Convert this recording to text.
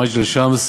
מג'דל-שמס,